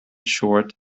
short